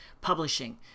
publishing